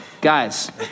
guys